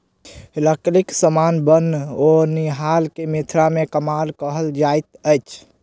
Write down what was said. लकड़ीक समान बनओनिहार के मिथिला मे कमार कहल जाइत अछि